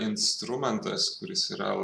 instrumentas kuris yra